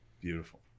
beautiful